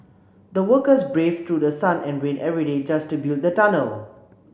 the workers braved through the sun and rain every day just to build the tunnel